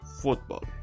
football